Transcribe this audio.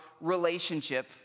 relationship